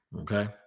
okay